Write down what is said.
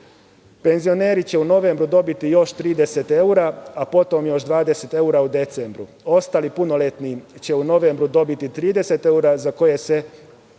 će u novembru dobiti još 30 evra, a potom, još 20 evra u decembru. Ostali punoletni će u novembru dobiti 30 evra, za koje su